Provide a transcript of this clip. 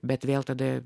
bet vėl tada